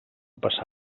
passar